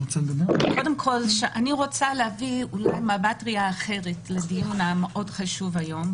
אני רוצה להביא נקודת ראייה אחרת לדיון המאוד חשוב היום,